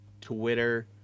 Twitter